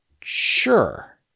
Sure